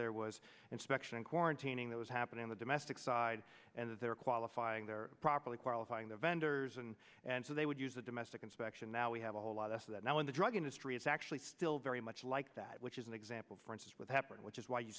there was inspection quarantining that was happening on the domestic side and that they were qualifying they're properly qualifying the vendors and and so they would use a domestic inspection now we have a whole lot of that now in the drug industry is actually still very much like that which is an example for instance with happen which is why you